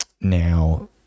Now